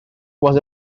was